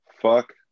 Fuck